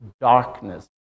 darkness